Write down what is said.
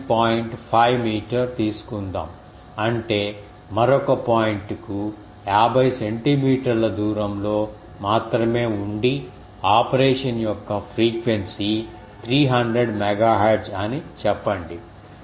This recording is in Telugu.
5 మీటర్ తీసుకుందాం అంటే మరొక పాయింట్కు 50 సెంటీమీటర్ల దూరంలో మాత్రమే ఉండి ఆపరేషన్ యొక్క ఫ్రీక్వెన్సీ 300 MHz అని చెప్పండి